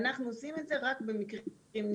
ואנחנו עושים את זה רק במקרים נדירים,